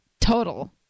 Total